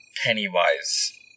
Pennywise